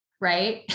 right